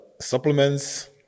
supplements